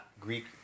Greek